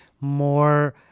more